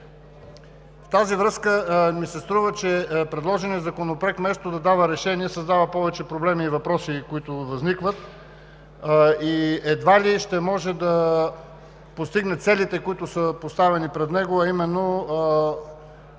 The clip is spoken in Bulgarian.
В тази връзка ми се струва, че предложеният законопроект вместо да дава решение, създава повече проблеми и въпроси, които възникват, и едва ли ще може да постигне целите, които са поставени пред него, а именно